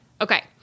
Okay